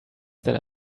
that